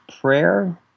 prayer